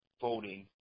voting